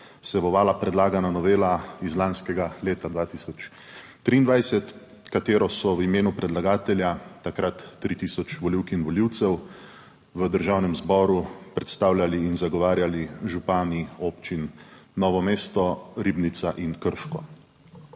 vsebovala predlagana novela iz lanskega leta, leta 2023, ki so jo v imenu predlagatelja, takrat tri tisoč volivk in volivcev, v Državnem zboru predstavljali in zagovarjali župani občin Novo mesto, Ribnica in Krško.